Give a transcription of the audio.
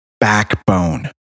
backbone